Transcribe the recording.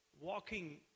walking